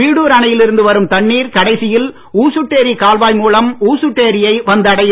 வீடூர் அணையில் இருந்து வரும் தண்ணீர் கடைசியில் ஊசுட்டேரி கால்வாய் மூலம் ஊசுட்டேரியை வந்து அடையும்